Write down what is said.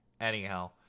Anyhow